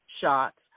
shots